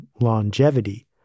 longevity